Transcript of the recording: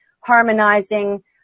harmonizing